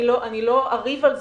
אני לא אריב על זה,